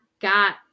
got